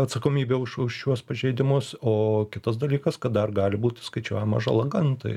atsakomybę už už šiuos pažeidimus o kitas dalykas kad dar gali būti skaičiuojama žala gamtai